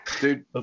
Dude